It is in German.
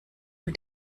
mit